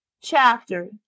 chapter